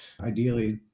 Ideally